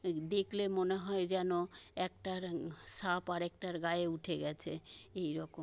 দেখলে মানে হয় যেন একটার সাপ আরেকটার গায়ে উঠে গেছে এইরকম